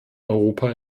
europa